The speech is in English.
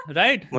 right